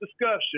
discussion